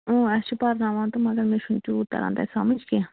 اَسہِ چھِ پَرناوان تہٕ مگر مےٚ چھِنہٕ تیوٗت تران تَتہِ سَمجھ کیٚنہہ